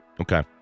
Okay